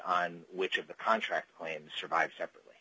on which of the contract claims survive separately